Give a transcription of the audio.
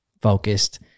focused